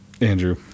Andrew